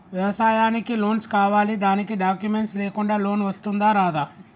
వ్యవసాయానికి లోన్స్ కావాలి దానికి డాక్యుమెంట్స్ లేకుండా లోన్ వస్తుందా రాదా?